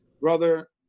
brother